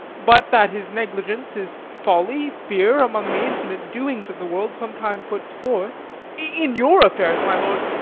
but that his negligence, his folly, fear, among the infinite doings of the world, sometime puts forth in your affairs, my lord,